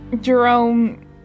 Jerome